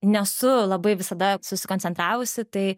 nesu labai visada susikoncentravusi tai